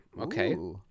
Okay